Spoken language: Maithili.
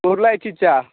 गोर लागैत छी चाचा